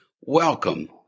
Welcome